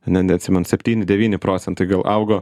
ne neatsimenu septyni devyni procentai gal augo